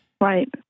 Right